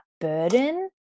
burden